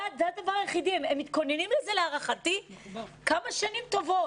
הם מתכוננים לזה להערכתי כמה שנים טובות.